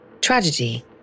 tragedy